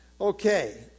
Okay